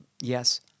yes